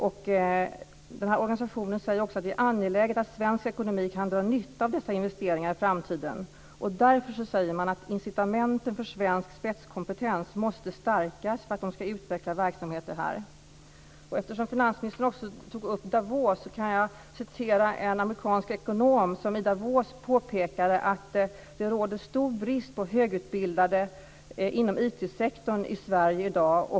Organisationen säger också att det är angeläget att svensk ekonomi kan dra nytta av dessa investeringar i framtiden. Därför säger man att incitamenten för svensk spetskompetens måste stärkas för att man ska utveckla verksamheter här. Eftersom finansministern också tog upp Davos, kan jag referera till en amerikansk ekonom, Michael Porter, som i Davos påpekade att det råder stor brist på högutbildade inom IT-sektorn i Sverige i dag.